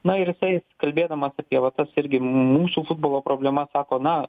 na ir jisai kalbėdamas apie va kas irgi mūsų futbolo problemas sako na